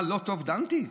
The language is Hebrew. מה, לא טוב דנתי?